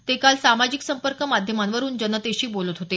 ते काल सामाजिक संपर्क माध्यमांवरून जनतेशी बोलत होते